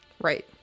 Right